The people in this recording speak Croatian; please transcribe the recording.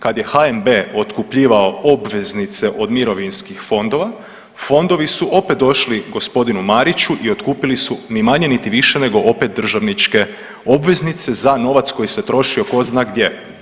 Kad je HNB otkupljivao obveznice od mirovinskih fondova, fondovi su opet došli g. Mariću i otkupili su ni manje niti više nego opet državničke obveznice za novac koji se trošio tko zna gdje.